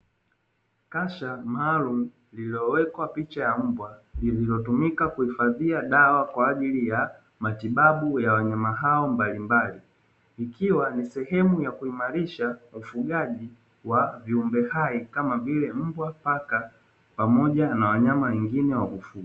Kasha maalumu lililowekwa picha ya mbwa, lililotumika kuhifadhia dawa kwaajiili ya matibabu ya wanyama hao mbalimbali. Ikiwa ni sehemu ya kuimarisha ufugaji wa viumbe hai kama vile: mbwa, paka pamoja na wanyama wengine wa kufugwa.